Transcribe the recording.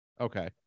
Okay